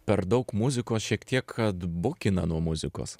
per daug muzikos šiek tiek atbukina nuo muzikos